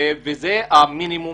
זה המינימום,